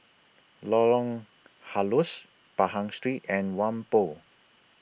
Lorong Halus Pahang Street and Whampoa